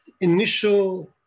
initial